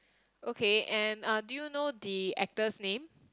okay and uh do you know the actor's name